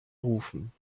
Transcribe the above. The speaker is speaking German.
rufen